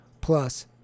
plus